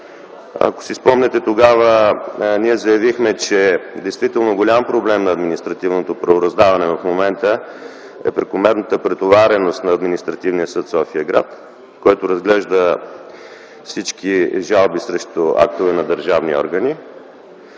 в тази зала. Тогава ние заявихме, че действително голям проблем на административното правораздаване в момента е прекомерната претовареност на Административния съд София-град, който разглежда всички жалби срещу актове на държавни органи,